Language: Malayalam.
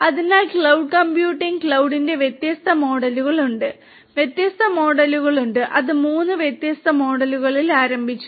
അതിനാൽ ക്ലൌഡ് കമ്പ്യൂട്ടിംഗ് ക്ലൌഡിന്റെ വ്യത്യസ്ത മോഡലുകൾ ഉണ്ട് വ്യത്യസ്ത മോഡലുകൾ ഉണ്ട് അത് മൂന്ന് വ്യത്യസ്ത മോഡലുകളിൽ ആരംഭിച്ചു